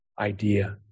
idea